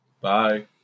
bye